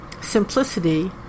simplicity